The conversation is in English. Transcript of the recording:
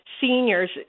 seniors